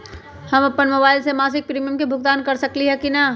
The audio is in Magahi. हम अपन मोबाइल से मासिक प्रीमियम के भुगतान कर सकली ह की न?